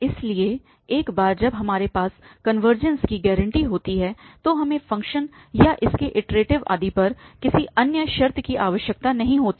इसलिए एक बार जब हमारे पास कनवर्जेंस की गारंटी होती है तो हमें फ़ंक्शन या इसके डैरिवेटिव आदि पर किसी अन्य शर्त की आवश्यकता नहीं होती है